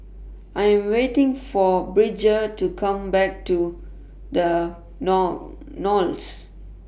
I Am waiting For Bridger to Come Back to The null Knolls